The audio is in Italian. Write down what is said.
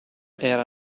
era